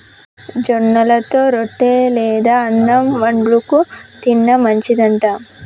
జొన్నలతో రొట్టె లేదా అన్నం వండుకు తిన్న మంచిది అంట